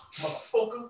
motherfucker